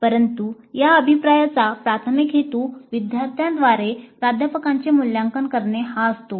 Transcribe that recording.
परंतु या अभिप्रायाचा प्राथमिक हेतू विद्यार्थ्यांद्वारे प्राध्यापकांचे मूल्यांकन करणे हा असतो